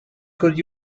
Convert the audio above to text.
could